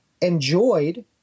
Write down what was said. enjoyed